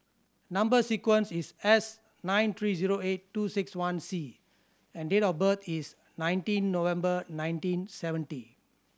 number sequence is S nine three zero eight two six one C and date of birth is nineteen November nineteen seventy